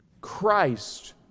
Christ